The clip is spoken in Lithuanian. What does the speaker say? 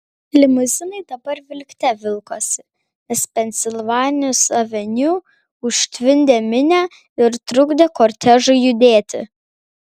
limuzinai dabar vilkte vilkosi nes pensilvanijos aveniu užtvindė minia ir trukdė kortežui judėti